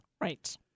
Right